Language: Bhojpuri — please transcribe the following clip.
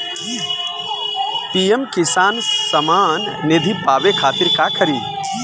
पी.एम किसान समान निधी पावे खातिर का करी?